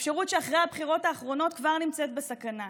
אפשרות שאחרי הבחירות האחרונות כבר נמצאת בסכנה.